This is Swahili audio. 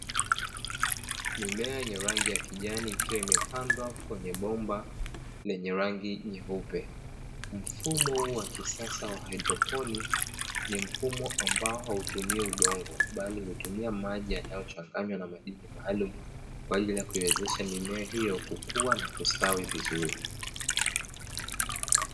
Mimea yenye rangi ya kijani ikiwa imepandwa kwenye bomba lenye rangi nyeupe, mfumo wa kisasa wa haidroponi ni mfumo ambao hautumii udongo bali hutumia maji yanayochanganywa ma madini maalumu ili kuwezesha mimea kukua na kustawi vizuri.